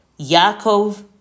Yaakov